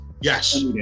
Yes